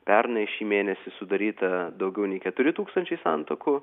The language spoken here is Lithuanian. pernai šį mėnesį sudaryta daugiau nei keturi tūkstančiai santuokų